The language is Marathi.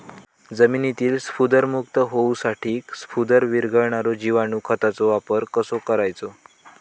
जमिनीतील स्फुदरमुक्त होऊसाठीक स्फुदर वीरघळनारो जिवाणू खताचो वापर कसो करायचो?